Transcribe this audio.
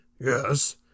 Yes